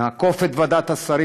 נעקוף את ועדת השרים,